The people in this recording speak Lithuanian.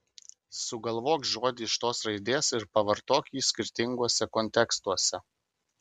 sugalvok žodį iš tos raidės ir pavartok jį skirtinguose kontekstuose